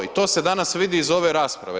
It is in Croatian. I to se danas vidi iz ove rasprave.